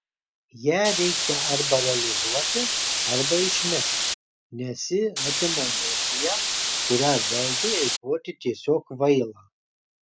ją reikia arba realizuoti arba išmesti nes ji atima energiją kurią veltui eikvoti tiesiog kvaila